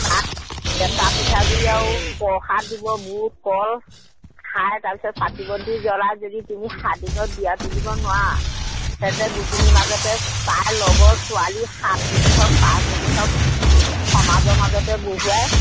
কেঁচা পিঠাগুৰি আৰু প্ৰসাদ দিব বুট কল খাই তাৰ পিছৰ চাকি বন্তি জ্বলাই যদি তুমি সাত দিনত বিয়া তুলিব নোৱাৰা তেন্তে গোপিনীৰ মাজতে তাইৰ লগৰ ছোৱালী সাতজনী হওক পাঁচজনী হওক সমাজৰ মাজতে বহুৱাই